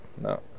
No